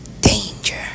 Danger